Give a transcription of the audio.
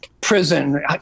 prison